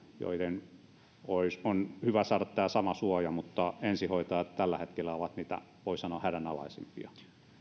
joiden on hyvä saada tämä sama suoja mutta ensihoitajat tällä hetkellä ovat niitä voi sanoa hädänalaisimpia